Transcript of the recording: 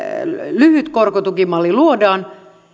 lyhyt korkotukimalli luodaan